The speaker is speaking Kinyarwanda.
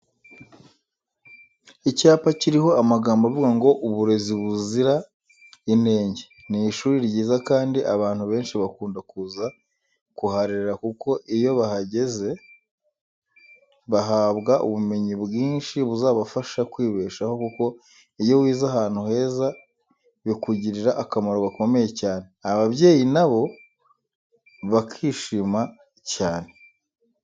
Icyapa kiriho amagambo avuga ngo "uburezi buzira inenge"ni ishuri ryiza kandi abantu benshi bakunda kuza kuharera kuko iyo bahageze bahabwa ubumenyi bwinshi buzabafasha kwibeshaho kuko iyo wize ahantu heza bikugirira akamaro gakomeye cyane, ababyeyi nabo bakishima cyane.